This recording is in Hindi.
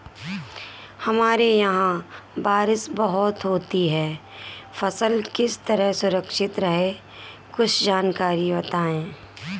हमारे यहाँ बारिश बहुत होती है फसल किस तरह सुरक्षित रहे कुछ जानकारी बताएं?